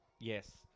Yes